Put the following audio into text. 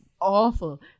awful